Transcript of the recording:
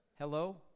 Hello